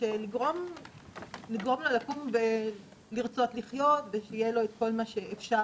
לגרום לו לקום ולרצות לחיות ושיהיה לו את כל מה שאפשר.